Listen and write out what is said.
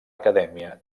acadèmia